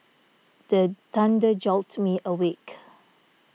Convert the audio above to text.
the thunder jolt me awake